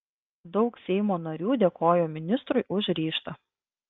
daug seimo narių dėkojo ministrui už ryžtą